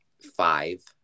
five